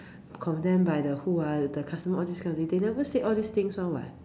condemn by the who ah the customers all these kind of things they never say all this things [one] [what]